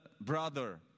brother